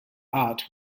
art